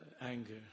Anger